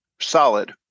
solid